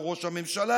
או ראש ממשלה,